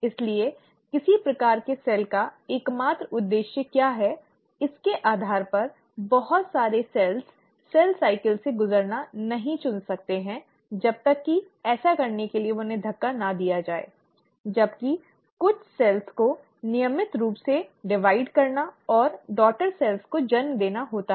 इसलिए किसी प्रकार के सेल का एकमात्र उद्देश्य क्या है इसके आधार पर बहुत सारी कोशिकाएं सेल साइकिल से गुजरना नहीं चुन सकती हैं जब तक कि ऐसा करने के लिए धक्का न दिया जाए जबकि कुछ कोशिकाओं को नियमित रूप से विभाजित करना और डॉटर सेल्स को जन्म देना होता है